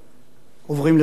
או הזדמנות חמישית.